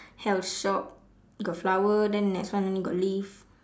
health shop got flower then the next one only got leaf